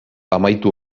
amaitu